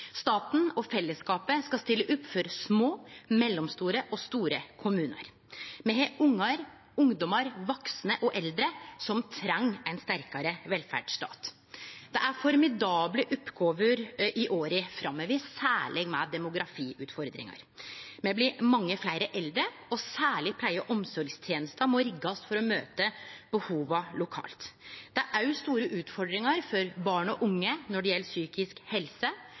Staten og fellesskapet skal stille opp for små, mellomstore og store kommunar. Me har ungar, ungdomar, vaksne og eldre som treng ein sterkare velferdsstat. Det er formidable oppgåver i åra framover, særleg med demografiutfordringar. Me blir mange fleire eldre, og særleg pleie- og omsorgstenesta må riggast for å møte behova lokalt. Det er òg store utfordringar for barn og unge når det gjeld psykisk helse,